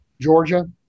Georgia